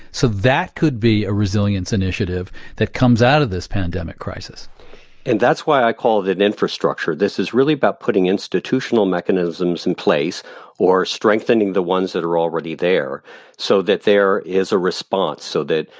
so that could be a resilience initiative that comes out of this pandemic crisis and that's why i call it infrastructure. this is really about putting institutional mechanisms in place or strengthening the ones that are already there so that there is a response. so that,